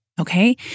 Okay